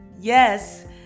yes